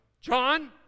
John